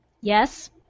Yes